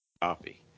copy